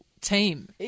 team